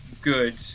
good